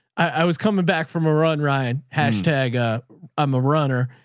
i was coming back from a run, ryan hashtag i'm a runner.